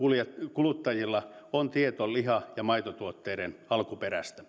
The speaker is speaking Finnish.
kuluttajilla on tieto liha ja maitotuotteiden alkuperästä